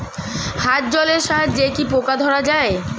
হাত জলের সাহায্যে কি পোকা ধরা যায়?